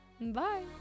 Bye